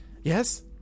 Yes